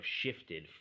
shifted